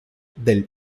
del